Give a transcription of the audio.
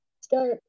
start